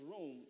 room